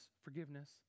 forgiveness